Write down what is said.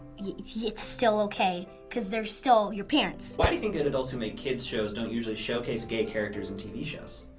yeah it's still okay because they're still your parents. why do you think and adults who make kid's shows don't usually showcase gay characters in tv shows?